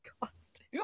costume